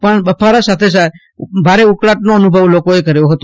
પણ બફારા સાથે ભારે ઉકળાટનો અનુભવ લોકોએ કર્યો હતો